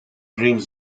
dreams